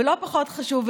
ולא פחות חשוב,